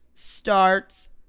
Starts